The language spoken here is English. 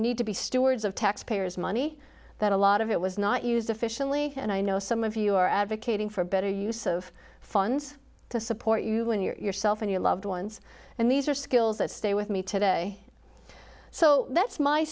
need to be stewards of taxpayers money that a lot of it was not used efficiently and i know some of you are advocating for better use of funds to support you in yourself and your loved ones and these are skills that stay with me today so that's my